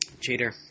Cheater